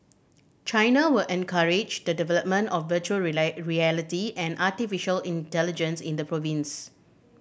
China will encourage the development of virtual reality and artificial intelligence in the province